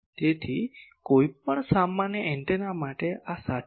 તેથી કોઈપણ સામાન્ય એન્ટેના માટે આ સાચું છે